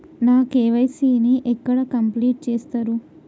నా కే.వై.సీ ని ఎక్కడ కంప్లీట్ చేస్తరు?